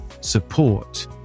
support